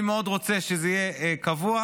אני מאוד רוצה שזה יהיה קבוע,